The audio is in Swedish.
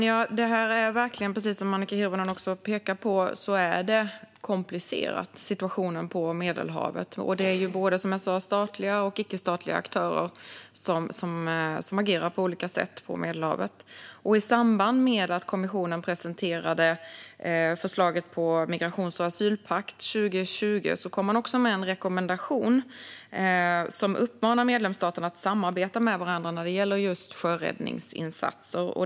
Fru talman! Situationen på Medelhavet är, som Annika Hirvonen också pekar på, verkligen komplicerad. Det är, som jag sa, både statliga och icke-statliga aktörer som agerar på olika sätt på Medelhavet. I samband med att kommissionen 2020 presenterade förslaget till migrations och asylpakt kom man också med en rekommendation där man uppmanar medlemsstaterna att samarbeta med varandra när det gäller just sjöräddningsinsatser.